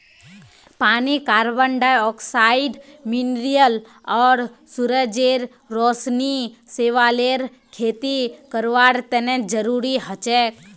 पानी carbon dioxide mineral आर सूरजेर रोशनी शैवालेर खेती करवार तने जरुरी हछेक